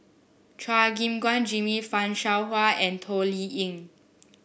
Chua Gim Guan Jimmy Fan Shao Hua and Toh Liying